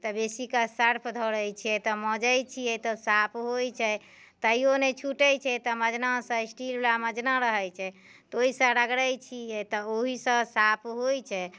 तऽ बेसी कऽ सर्फ धरैत छियै तऽ मजैत छियै तऽ साफ होइत छै तैयो नहि छुटैत छै तऽ मजनासँ स्टील बला मजना रहैत छै तऽ ओहिसँ रगड़ैत छियै तऽ ओहिसँ साफ होइत छै